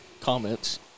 comments